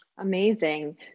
Amazing